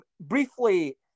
Briefly